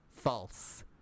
false